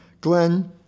Glenn